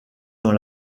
dans